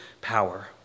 power